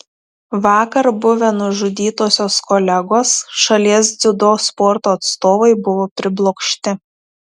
vakar buvę nužudytosios kolegos šalies dziudo sporto atstovai buvo priblokšti